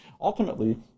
Ultimately